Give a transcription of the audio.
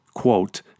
Quote